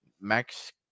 Max